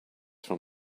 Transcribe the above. from